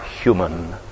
human